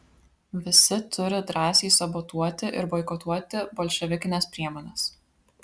visi turi drąsiai sabotuoti ir boikotuoti bolševikines priemones